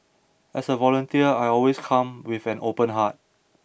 as a volunteer I always come with an open heart